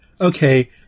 okay